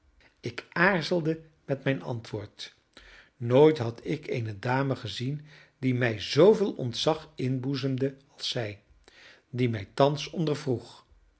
ik aarzelde met mijn antwoord nooit had ik eene dame gezien die mij zooveel ontzag inboezemde als zij die mij